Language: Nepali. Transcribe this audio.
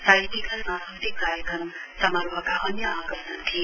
साहित्यिक र सांस्कृतिक कार्यक्रम समारोहका अन्य आकर्षण थिए